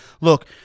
look